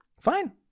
fine